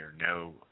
no